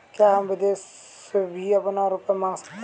क्या हम विदेश से भी अपना रुपया मंगा सकते हैं?